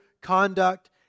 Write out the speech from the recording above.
conduct